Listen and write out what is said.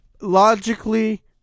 Logically